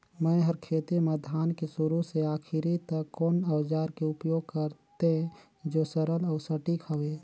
मै हर खेती म धान के शुरू से आखिरी तक कोन औजार के उपयोग करते जो सरल अउ सटीक हवे?